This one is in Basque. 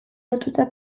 lotuta